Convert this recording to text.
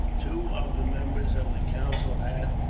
two of the members of the council had,